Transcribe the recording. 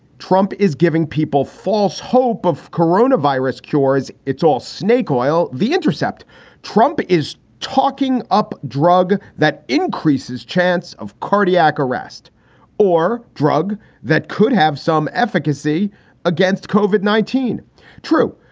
trump is giving people false hope of corona virus cures. it's all snake oil. the intercept trump is talking up drug that increases chance of cardiac arrest or drug that could have some efficacy against kove at nineteen point true,